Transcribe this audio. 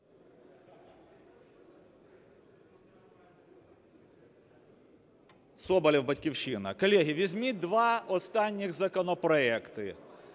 Соболєв, "Батьківщина". Колеги, візьміть два останніх законопроекти,